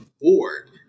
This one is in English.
board